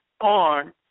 on